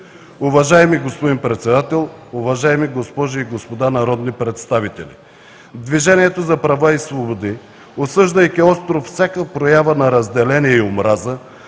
Уважаеми господин Председател, уважаеми госпожи и господа народни представители! Движението за права и свободи, осъждайки остро всяка проява на разделение и омраза,